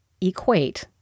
equate